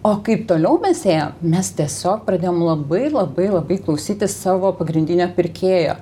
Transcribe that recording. o kaip toliau mes ėjom mes tiesiog pradėjom labai labai labai klausytis savo pagrindinio pirkėjo